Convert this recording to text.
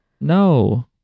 No